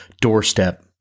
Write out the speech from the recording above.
doorstep